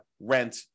rent